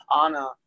Anna